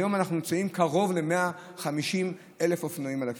והיום אנחנו נמצאים עם קרוב ל-150,000 אופנועים על הכביש.